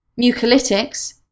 Mucolytics